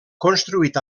construït